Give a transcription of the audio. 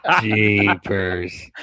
Jeepers